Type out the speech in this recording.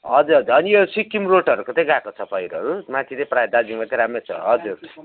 हजुर हजुर हैन यो सिक्किम रोडहरूको चाहिँ गएको छ पैरोहरू माथि चाहिँ प्रायः दार्जिलिङमा चाहिँ राम्रै छ हजुर